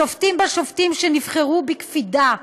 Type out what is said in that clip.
שופטים בה שופטים שנבחרו בקפידה,